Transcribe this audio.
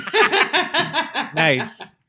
Nice